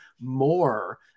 more